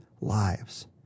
lives